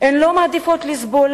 הן לא מעדיפות לסבול